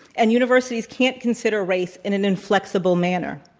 and universities can't consider race in an inflexible manner.